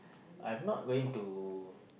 I'm not going to